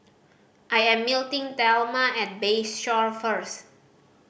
I am meeting Thelma at Bayshore first